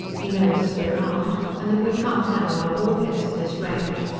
he knows that we're armed, and that we can't handle our war heads at this range!